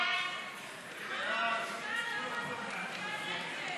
הצעת החוק הזאת,